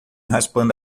raspando